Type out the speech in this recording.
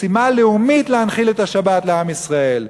משימה לאומית להנחיל את השבת לעם ישראל.